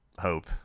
hope